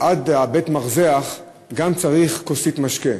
עד בית-המרזח גם צריך כוסית משקה.